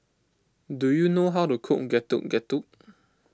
do you know how to cook Getuk Getuk